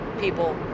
people